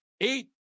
Eight